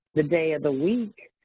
the day of the week.